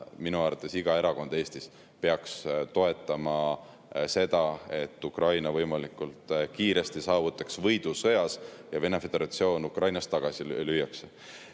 peaks praegu iga erakond Eestis toetama seda, et Ukraina võimalikult kiiresti saavutaks võidu sõjas ja Vene föderatsioon Ukrainast tagasi lüüakse. Ma